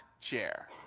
chair